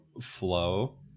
flow